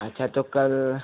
अच्छा तो कल